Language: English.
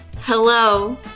Hello